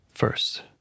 first